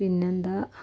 പിന്നെന്താ